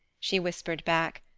she whispered back,